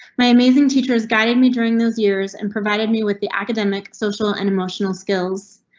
my amazing teachers guiding me during those years and provided me with the academic, social and emotional skills.